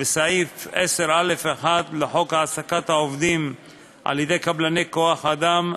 בסעיף 10(א)(1) לחוק העסקת עובדים על-ידי קבלני כוח-אדם,